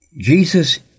Jesus